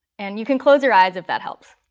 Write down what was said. and you can close your eyes if that helps.